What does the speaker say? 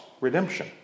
Redemption